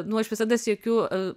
nu aš visada siekiu